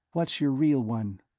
what's your real one?